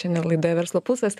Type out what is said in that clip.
šiandien laidoj verslo pulsas